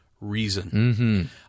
reason